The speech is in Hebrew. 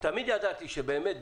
תמיד ידעתי שבאמת,